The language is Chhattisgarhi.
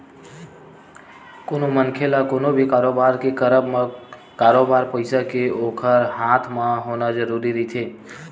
कोनो मनखे ल कोनो भी कारोबार के करब म बरोबर पइसा के ओखर हाथ म होना जरुरी रहिथे